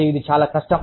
మరియు ఇది చాలా కష్టం